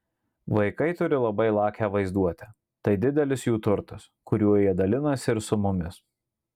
vaikai turi labai lakią vaizduotę tai didelis jų turtas kuriuo jie dalinasi ir su mumis